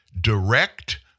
direct